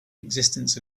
existence